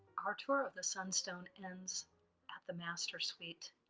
our tour of the sunstone ends at the master suite.